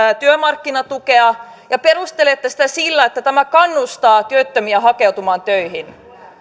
työmarkkinatukea ja perustelette sitä sillä että tämä kannustaa työttömiä hakeutumaan töihin